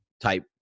type